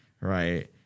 Right